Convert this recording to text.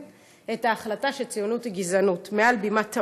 את ההחלטה שציונות היא גזענות מעל בימת האו"ם,